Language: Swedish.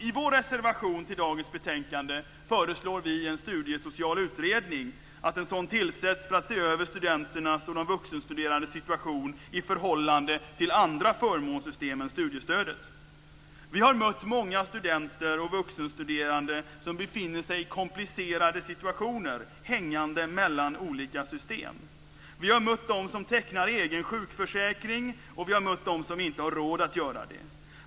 I vår reservation till dagens betänkande föreslår vi att en studiesocial utredning tillsätts för att se över studenternas och de vuxenstuderandes situation i förhållande till andra förmånssystem än studiestödet. Vi har mött många studenter och vuxenstuderande som befinner sig i komplicerade situationer, hängande mellan olika system. Vi har mött de som tecknar egen sjukförsäkring och vi har mött de som inte har råd att göra det.